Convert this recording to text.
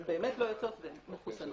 הן באמת לא יוצאות והן מחוסנות.